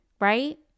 right